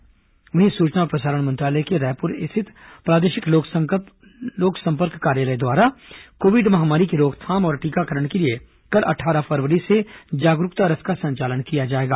इस बीच सचना और प्रसारण मंत्रालय के रायपुर स्थित प्रादेशिक लोक संपर्क कार्यालय द्वारा कोविड महामारी की रोकथाम और टीकाकरण के लिए कल अट्ठारह फरवरी से जागरूकता रथ का संचालन किया जाएगा